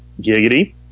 giggity